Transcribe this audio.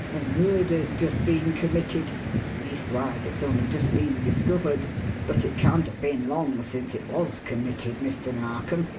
murder's just been committed leastwise it's only just been discovered but it can't have been long since it was committed, mr. narkom,